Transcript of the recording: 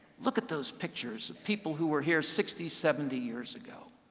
look at those pictures of people who were here sixty, seventy years ago.